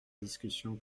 discussion